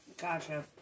Gotcha